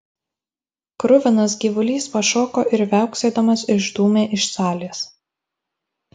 kruvinas gyvulys pašoko ir viauksėdamas išdūmė iš salės